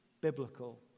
biblical